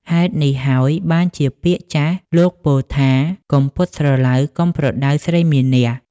ហេតុនេះហើយបានជាពាក្យចាស់ លោកពោលថា កុំពត់ស្រឡៅ កុំប្រដៅស្រីមានះ។